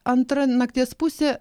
antra nakties pusė